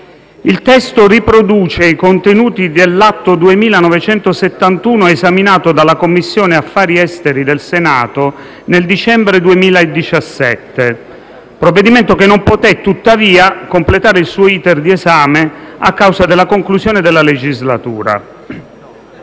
Il testo riproduce i contenuti dell'Atto Senato 2971, esaminato dalla Commissione affari esteri del Senato nel dicembre 2017, provvedimento che non poté tuttavia completare il suo *iter* di esame a causa della conclusione della legislatura.